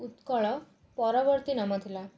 ଉତ୍କଳ ପରବର୍ତ୍ତୀ ନାମ ଥିଲା